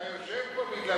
אתה יושב פה בגלל